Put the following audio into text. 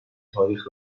تاریخ